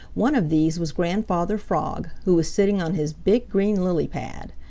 one of these was grandfather frog, who was sitting on his big, green, lily pad.